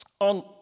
on